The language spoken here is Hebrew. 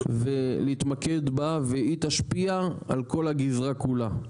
ולהתמקד בה, והיא תשפיע על כל הגזרה כולה.